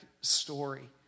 story